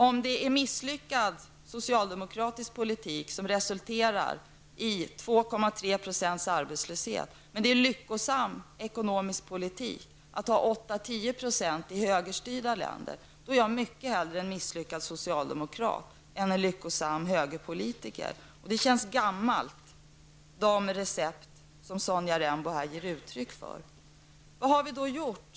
Om det är misslyckad socialdemokratisk politik som resulterar i 2, 3 procents arbetslöshet, men lyckosam ekonomisk politik att ha åtta till tio procent arbetslöshet i högerstyrda länder, är jag mycket hellre en misslyckad socialdemokrat än en lyckosam högerpolitiker. Det känns gammalt med de recept som Sonja Rembo här ger uttryck för. Vad har vi då gjort?